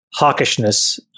hawkishness